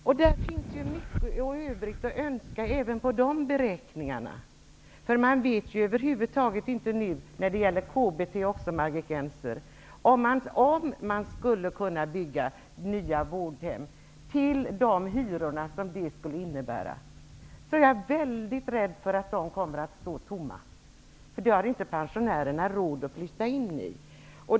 Det finns mycket övrigt att önska även med dessa beräkningar. Man vet ju när det gäller KBT, över huvud taget inte, Margit Gennser, om man skall våga bygga nya vårdhem med de hyror som de skulle få. Jag är väldigt rädd för att de hemmen kommer att stå tomma. Pensionärerna har inte råd att flytta dit.